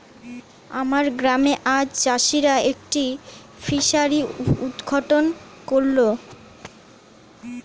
আমার গ্রামে আজ চাষিরা একটি ফিসারি উদ্ঘাটন করল